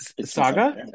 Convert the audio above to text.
Saga